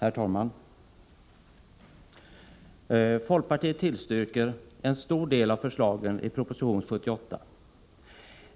Herr talman! Folkpartiet tillstyrker en stor del av förslagen i proposition 1984/85:48.